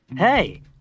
Hey